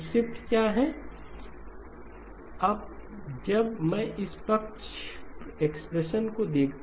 तो ये शिफ्ट्स क्या हैं WkMe j2kM k 0 1 M 1 तक ठीक